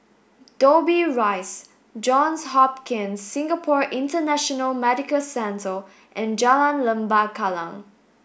Dobbie Rise Johns Hopkins Singapore International Medical Centre and Jalan Lembah Kallang